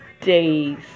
days